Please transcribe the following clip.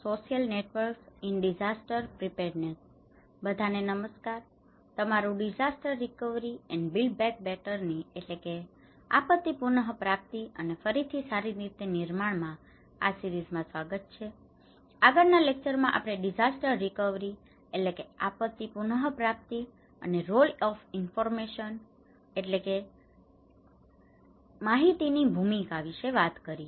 બધાને નમસ્કાર તમારું disaster recovery and build back બેટરની disaster recovery and build back better આપત્તી પુનપ્રાપ્તિ અને ફરીથી સારી રીતે નિર્માણ આ સિરીજમાં સ્વાગત છે આગળના લેક્ચરમાં આપણે ડીસાસ્ટર રેકવરી disaster recovery આપત્તી પુનપ્રાપ્તિ અને role of information role of information માહિતીની ભૂમિકા વિશે વાત કરી હતી